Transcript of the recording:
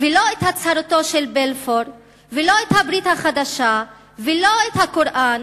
ולא את הצהרתו של בלפור ולא את הברית החדשה ולא את הקוראן